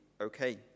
okay